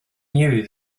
knew